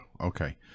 Okay